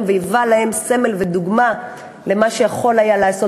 והיווה להם סמל ודוגמה למה שיכול היה לעשות.